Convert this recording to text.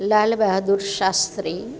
Lal Bahadur Shastri